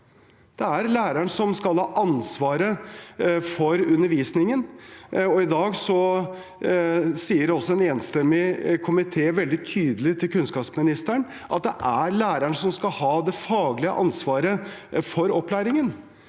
Det er læreren som skal ha ansvaret for undervisningen. I dag sier en enstemmig komité veldig tydelig til kunnskapsministeren at det er læreren som skal ha det faglige ansvaret for opplæringen.